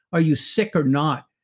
are you sick or not?